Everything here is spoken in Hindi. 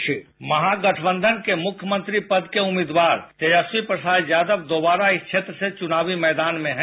साउंड बाइट महागठबंधन के मुख्यमंत्री पद के उम्मीदवार तेजस्वी प्रसाद यादव दोबारा इस क्षेत्र से चुनावी मैदान में हैं